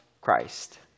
Christ